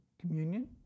communion